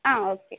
ಹಾಂ ಓಕೆ